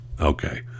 okay